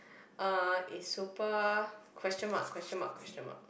uh it's super question mark question mark question mark